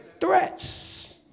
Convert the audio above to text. Threats